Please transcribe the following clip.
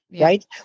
right